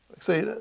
See